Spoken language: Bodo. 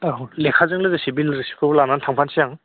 औ लेखाजों लोगोसे बिल रिसिटखौबो लानानै थांफानोसै आं